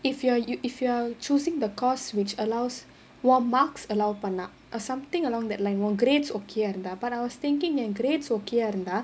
if you are if you are choosing the course which allows un:உன் marks allow பண்ணா:pannaa or something along that line உன்:un grades okay இருந்த:iruntha but was thinking that grades okay இருந்த:iruntha